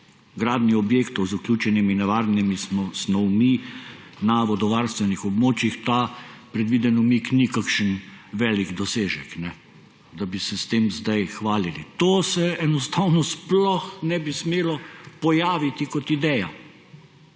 gradnji objektov z vključenimi nevarnimi snovmi na vodovarstvenih območjih ni kakšen velik dosežek, da bi se s tem sedaj hvalili. To se enostavno sploh ne bi smelo pojaviti kot ideja.